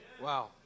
Wow